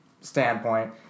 standpoint